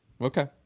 Okay